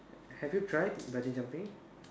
have you tried bungee jumping